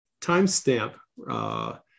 timestamp